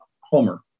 Homer